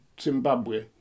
Zimbabwe